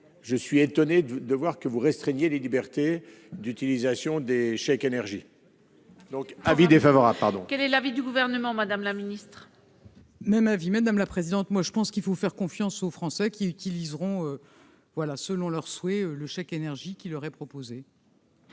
je suis étonné de voir que vous restreignez liberté d'utilisation des chèques énergie donc avis défavorable pardon. Quel est l'avis du gouvernement, Madame la ministre. Même avis madame la présidente, moi je pense qu'il faut faire confiance aux Français qui utiliseront voilà selon leurs souhaits, le chèque énergie qui leur est proposé.